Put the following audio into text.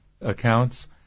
accounts